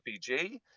rpg